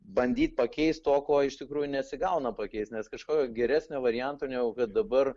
bandyt pakeist to ko iš tikrųjų nesigauna pakeist nes kažko geresnio varianto negu kad dabar